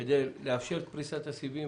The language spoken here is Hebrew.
כדי לאפשר את פריסת הסיבים.